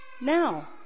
now